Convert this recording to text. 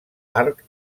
arc